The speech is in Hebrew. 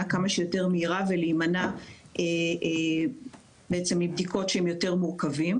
כמה שיותר מהירה ולהימנע מבדיקות יותר מורכבות.